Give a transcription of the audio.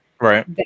Right